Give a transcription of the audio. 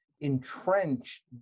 entrenched